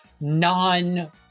non